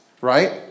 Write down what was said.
right